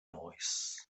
voice